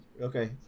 okay